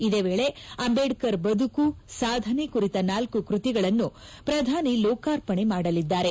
ಇದೇ ವೇಳೆ ಅಂಬೇಢರ್ ಬದುಕು ಸಾಧನೆ ಕುರಿತ ನಾಲ್ಲು ಕೃತಿಗಳನ್ನೂ ಪ್ರಧಾನಿ ಲೋಕಾರ್ಪಣೆ ಮಾಡಲಿದ್ದಾರೆ